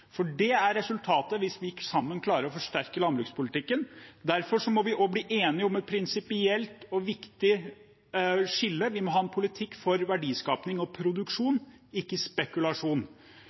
for det er resultatet hvis vi sammen klarer å forsterke landbrukspolitikken. Derfor må vi også bli enige om et prinsipielt og viktig skille: Vi må ha en politikk for verdiskaping og produksjon, ikke spekulasjon.